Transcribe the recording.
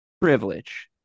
privilege